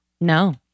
No